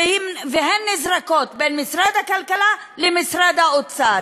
והן נזרקות בין משרד הכלכלה למשרד האוצר.